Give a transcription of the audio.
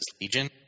Legion